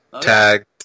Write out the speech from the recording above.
tag